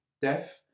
death